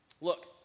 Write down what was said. Look